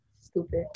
Stupid